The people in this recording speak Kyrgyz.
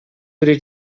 бири